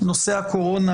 נושא הקורונה,